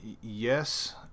yes